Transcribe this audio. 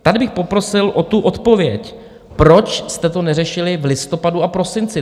Tady bych poprosil o tu odpověď, proč jste to neřešili v listopadu a prosinci?